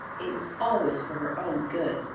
it was always for her own good.